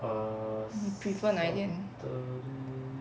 你 prefer 哪一天